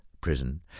Prison